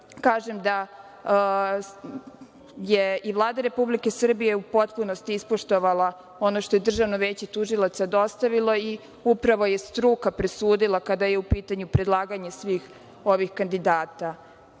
kažem da je Vlada Republike Srbije u potpunosti ispoštovala ono što je Državno veće tužilaca dostavilo i upravo je struka presudila kada je u pitanju predlaganje svih ovih kandidata.